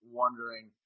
wondering